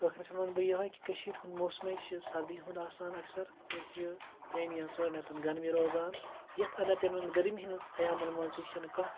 تہٕ ٲخرَس پٮ۪ٹھ وَنہٕ بہٕ یِہٲے کہِ کٔشیٖرِ ہُنٛد موسمٕے چھُ سردی ہُنٛد آسان اَکثر تہٕ ییٚتہِ چھِ تریٚن یا ژورَن ریٚتن گرمی روزان تہٕ یَتھ انٛدر تِمن گرمی ہٕنٛدیٚن ایامَن منٛز تہِ چھُنہٕ کانٛہہ